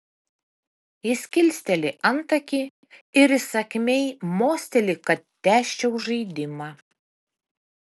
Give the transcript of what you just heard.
jis kilsteli antakį ir įsakmiai mosteli kad tęsčiau žaidimą